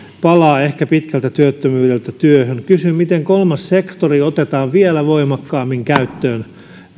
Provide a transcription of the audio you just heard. palaa ehkä pitkästä työttömyydestä työhön kysyn miten kolmas sektori otetaan vielä voimakkaammin käyttöön